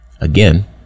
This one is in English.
again